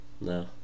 no